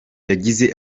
yagize